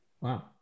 Wow